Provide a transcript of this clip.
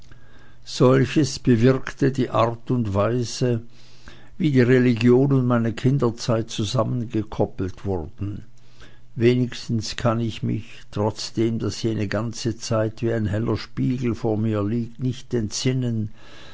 solches bewirkte die art und weise wie die religion und meine kinderzeit zusammengekuppelt wurden wenigstens kann ich mich trotzdem daß jene ganze zeit wie ein heller spiegel vor mir liegt nicht entsinnen